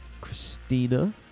Christina